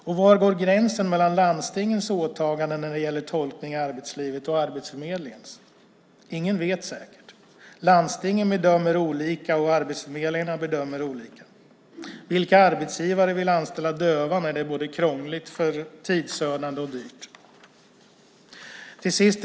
Och var går gränsen mellan landstingens åtaganden när det gäller tolkning i arbetslivet och Arbetsförmedlingens? Ingen vet säkert. Landstingen bedömer olika, och arbetsförmedlingarna bedömer olika. Vilka arbetsgivare vill anställa döva när det är krångligt, tidsödande och dyrt?